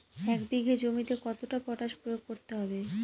এক বিঘে জমিতে কতটা পটাশ প্রয়োগ করতে হবে?